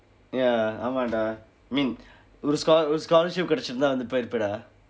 yah ஆமாம்:aamaam dah mean ஒரு:oru scholars~ ஒரு:oru scholarship கிடைத்தா நான் போயிருப்பேன்:kidaiththaa naan pooyiruppeen dah